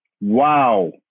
Wow